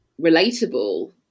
relatable